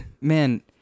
man